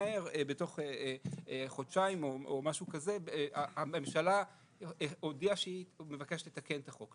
בתוך חודשיים או משהו כזה הממשלה הודיעה שהיא מבקשת לתקן את החוק,